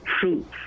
fruits